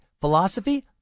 philosophy